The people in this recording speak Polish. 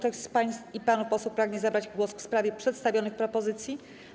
Czy ktoś z pań i panów posłów pragnie zabrać głos w sprawie przedstawionych propozycji?